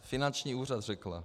Finanční úřad řekla.